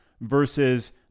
versus